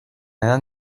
edan